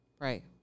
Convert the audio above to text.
Right